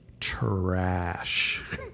trash